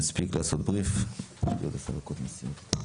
שנספיק לעשות בריף עוד שתי דקות ונסיים.